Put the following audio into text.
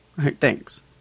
Thanks